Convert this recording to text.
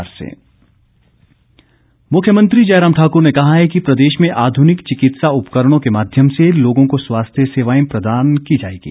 मुख्यमंत्री मुख्यमंत्री जयराम ठाकर ने कहा है कि प्रदेश में आधुनिक चिकित्सा उपकरणों के माध्यम से लोगों को स्वास्थ्य सेवाएं प्रदान की जाएंगी